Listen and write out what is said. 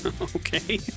Okay